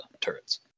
turrets